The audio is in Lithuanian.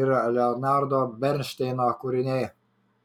ir leonardo bernšteino kūriniai